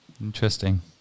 Interesting